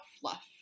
fluff